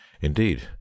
Indeed